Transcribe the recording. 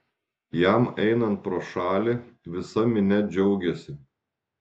jam einant pro šalį visa minia džiaugėsi